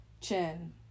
chin